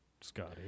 Scotty